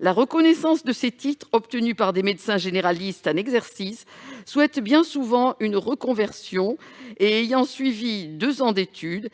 La reconnaissance de ces titres obtenus par des médecins généralistes en exercice, souhaitant bien souvent une reconversion et ayant suivi deux ans d'études,